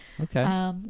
Okay